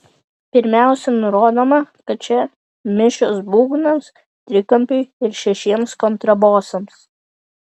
pirmiausia nurodoma kad čia mišios būgnams trikampiui ir šešiems kontrabosams